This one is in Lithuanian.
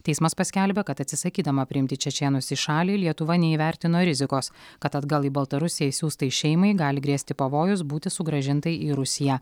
teismas paskelbė kad atsisakydama priimti čečėnus į šalį lietuva neįvertino rizikos kad atgal į baltarusiją išsiųstai šeimai gali grėsti pavojus būti sugrąžintai į rusiją